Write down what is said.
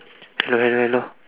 hello